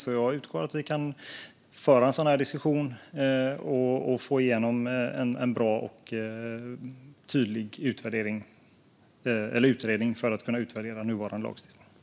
Jag utgår från att vi kan föra en sådan diskussion och få igenom en bra och tydlig utredning för att kunna utvärdera nuvarande lagstiftning.